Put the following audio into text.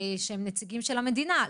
שהם נציגים של המדינה,